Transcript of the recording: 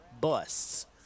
busts